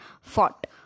fought